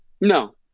No